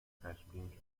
خشمگین